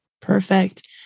Perfect